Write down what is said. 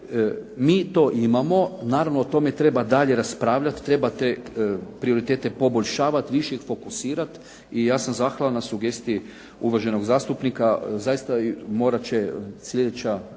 mi to imamo, naravno o tome treba dalje raspravljati, treba te prioritete poboljšavati, više ih fokusirati i ja sam zahvalan na sugestiji uvaženog zastupnika, zaista morati će u sljedećem